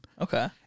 okay